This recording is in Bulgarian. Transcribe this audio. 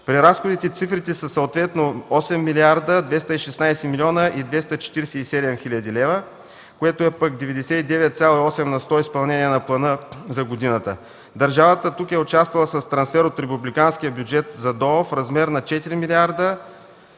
преразходите цифрите са съответно 8 млрд. 216 млн. 247 хил. лв., което е пък 99.8 изпълнение на плана за годината. Държавата тук е участвала с трансфер от републиканския бюджет за ДОО в размер на 4 млрд.